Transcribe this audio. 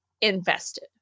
invested